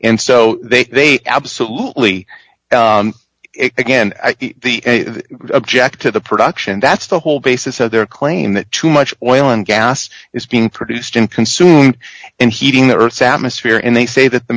so they absolutely again the object to the production that's the whole basis of their claim that too much oil and gas is being produced and consumed in heating the earth's atmosphere and they say that the